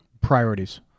Priorities